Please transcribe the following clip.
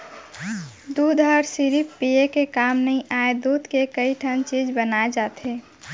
दूद हर सिरिफ पिये के काम नइ आय, दूद के कइ ठन चीज बनाए जाथे